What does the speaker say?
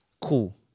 Cool